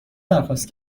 درخواست